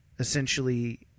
essentially